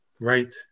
right